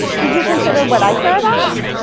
did you consider what i care about?